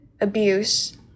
abuse